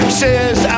says